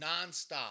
nonstop